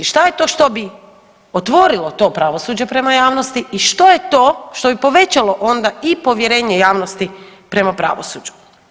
Šta je to što bi otvorilo to pravosuđe prema javnosti i što je to što bi povećalo onda i povjerenje javnosti prema pravosuđu.